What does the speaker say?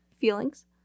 feelings